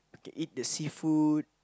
we can eat the seafood